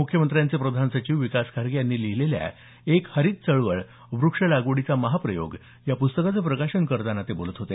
मुख्यमंत्र्यांचे प्रधान सचिव विकास खारगे यांनी लिहिलेल्या एक हरित चळवळ व्रक्षलागवडीचा महाप्रयोग या प्रस्तकाचं प्रकाशन करताना ते बोलत होते